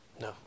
No